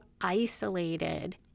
isolated